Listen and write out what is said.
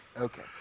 Okay